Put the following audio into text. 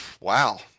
wow